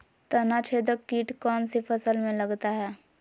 तनाछेदक किट कौन सी फसल में लगता है?